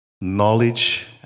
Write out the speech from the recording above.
Knowledge